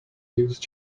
use